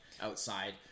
outside